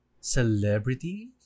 Celebrity